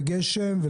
גשם,